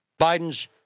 Biden's